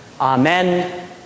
Amen